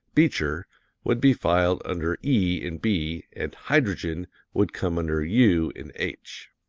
beecher would be filed under e in b and hydrogen would come under u in h.